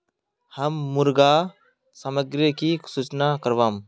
हम मुर्गा सामग्री की सूचना करवार?